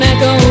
Echo